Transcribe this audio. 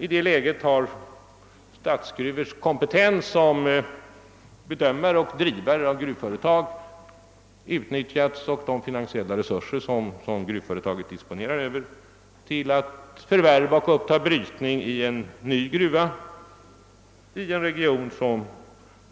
I det läget har AB Statsgruvors kompetens som bedömare och drivare av gruvföretag och de finansiella resurser som företaget disponerar över utnyttjats till att förvärva en ny gruva och ta upp brytning i en region